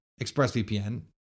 expressvpn